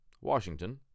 Washington